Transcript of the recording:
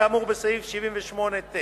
כאמור בסעיף 78(ט),